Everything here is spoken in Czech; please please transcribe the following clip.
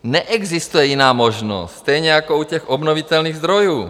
Neexistuje jiná možnost, stejně jako u těch obnovitelných zdrojů.